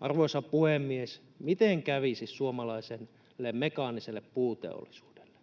Arvoisa puhemies, miten kävisi suomalaiselle mekaaniselle puuteollisuudelle?